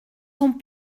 sont